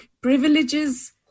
privileges